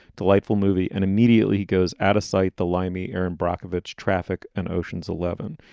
delightful movie. and immediately he goes out of sight, the limey, erin brockovich, traffic and ocean's eleven.